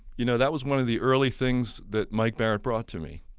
you know that was one of the early things that mike barrett brought to me,